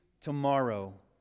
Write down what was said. tomorrow